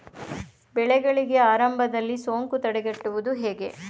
ಬೆಳೆಗಳಿಗೆ ಆರಂಭದಲ್ಲಿ ಸೋಂಕು ತಡೆಗಟ್ಟುವುದು ಹೇಗೆ?